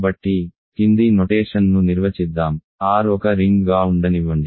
కాబట్టి కింది నొటేషన్ ను నిర్వచిద్దాం R ఒక రింగ్ గా ఉండనివ్వండి